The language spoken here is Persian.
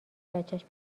بچش